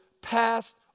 passed